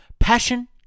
Passion